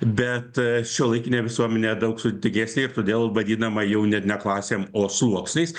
bet šiuolaikinėje visuomenėje daug sudėtingesnė ir todėl vadinama jau net ne klasėm o sluoksniais